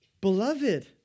beloved